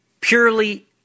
purely